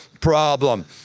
problem